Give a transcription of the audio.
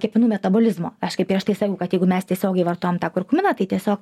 kepenų metabolizmo aš kaip prieš tai sakiau kad jeigu mes tiesiogiai vartojam tą kurkuminą tai tiesiog